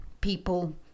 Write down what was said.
people